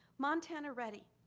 montana ready.